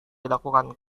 dilakukan